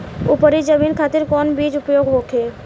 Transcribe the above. उपरी जमीन खातिर कौन बीज उपयोग होखे?